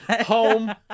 Home